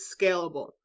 scalable